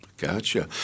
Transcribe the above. Gotcha